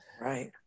right